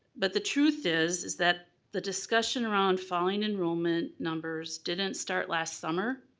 but the truth is, is that the discussion around falling enrollment numbers didn't start last summer.